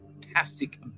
fantastic